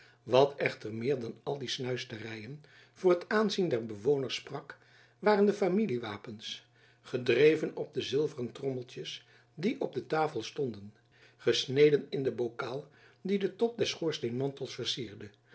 wat echter meer dan al die snuisteryen voor het aanzien der bewoners sprak waren de familiewapens gedreven op de zilveren trommeltjens die op de tafel stonden gesneden in den bokaal die den top